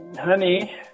honey